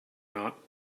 not